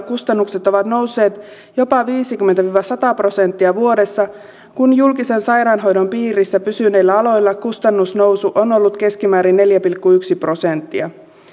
kustannukset ovat nousseet jopa viisikymmentä viiva sata prosenttia vuodessa kun julkisen sairaanhoidon piirissä pysyneillä aloilla kustannusnousu on ollut keskimäärin neljä pilkku yksi prosenttia